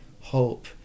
hope